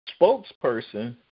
spokesperson